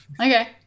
Okay